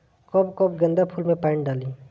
कब कब गेंदा फुल में पानी डाली?